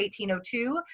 1802